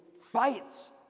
fights